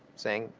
saying,